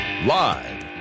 Live